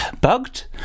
bugged